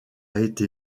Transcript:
été